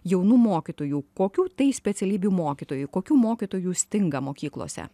jaunų mokytojų kokių tai specialybių mokytojų kokių mokytojų stinga mokyklose